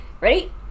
Ready